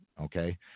Okay